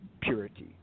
purity